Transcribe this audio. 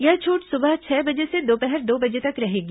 यह छूट सुबह छह बजे से दोपहर दो बजे तक रहेगी